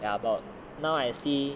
ya about now I see